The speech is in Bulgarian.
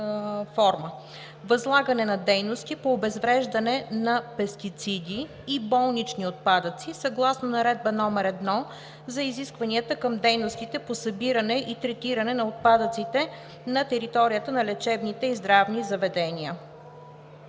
„Възлагане на дейности по обезвреждане на пестициди и болнични отпадъци съгласно Наредба № 1 за изискванията към дейностите по събиране и третиране на отпадъците на територията на лечебните и здравни заведения.“